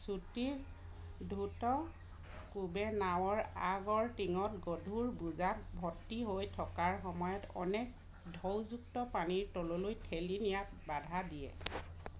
চুটি দ্ৰুত কোবে নাৱৰ আগৰ টিঙত গধুৰ বোজাত ভৰ্তি হৈ থকাৰ সময়ত অনেক ঢৌযুক্ত পানীৰ তললৈ ঠেলি নিয়াত বাধা দিয়ে